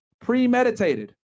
premeditated